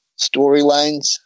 storylines